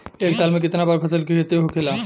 एक साल में कितना बार फसल के खेती होखेला?